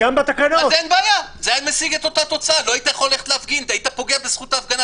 אני אדבר על הכול,